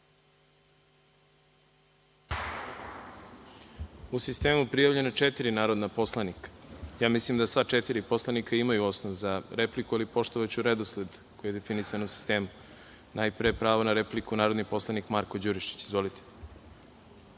U sistemu su prijavljena četiri narodna poslanika. Mislim da sva četiri poslanika imaju osnov za repliku, ali poštovaću redosled koji je definisan u sistemu. Najpre pravo na repliku narodni poslanik Marko Đurišić. Izvolite.